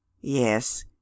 Yes